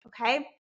okay